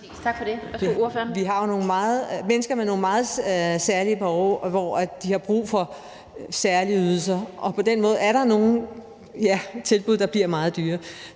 Vi har nogle mennesker med nogle meget særlige behov, som har brug for særlige ydelser, og på den måde er der nogle tilbud, der bliver meget dyre.